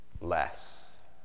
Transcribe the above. less